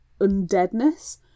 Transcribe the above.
undeadness